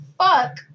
fuck